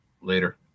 Later